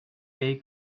gay